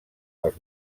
els